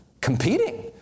Competing